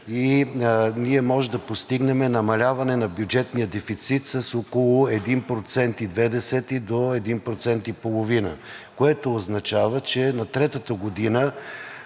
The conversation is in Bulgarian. ние можем да постигнем намаляване на бюджетния дефицит с около 1,2% до 1,5%, което означава, че на третата година